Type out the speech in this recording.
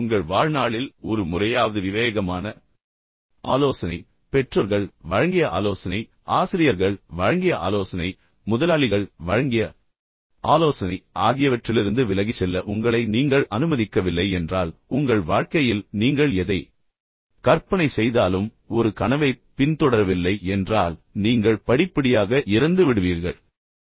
எனவே உங்கள் வாழ்நாளில் ஒரு முறையாவது விவேகமான ஆலோசனை பெற்றோர்கள் வழங்கிய ஆலோசனை ஆசிரியர்கள் வழங்கிய ஆலோசனை முதலாளிகள் வழங்கிய ஆலோசனை ஆகியவற்றிலிருந்து விலகிச் செல்ல உங்களை நீங்கள் அனுமதிக்கவில்லை என்றால் உங்கள் வாழ்க்கையில் நீங்கள் எதை கற்பனை செய்தாலும் ஒரு கனவைப் பின்தொடரவில்லை என்றால் நீங்கள் படிப்படியாக இறந்துவிடுவீர்கள்